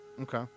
Okay